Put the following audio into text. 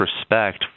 respect